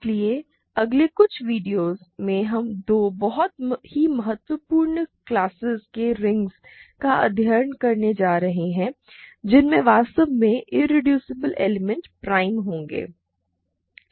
इसलिए अगले कुछ वीडियोस में हम दो बहुत ही महत्वपूर्ण क्लास के रिंगस का अध्ययन करने जा रहे हैं जिनमें वास्तव में इरेड्यूसिबल एलिमेंट प्राइम होंगे